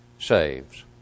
saves